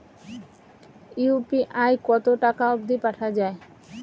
UPI কতো টাকা অব্দি পাঠা যায়?